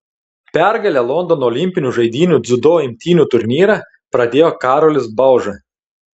pergale londono olimpinių žaidynių dziudo imtynių turnyrą pradėjo karolis bauža